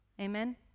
Amen